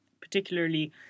particularly